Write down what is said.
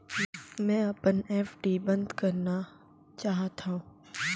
मै अपन एफ.डी बंद करना चाहात हव